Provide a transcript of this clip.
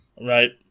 right